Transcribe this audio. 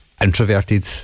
introverted